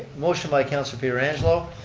motion by councilor pietrangelo.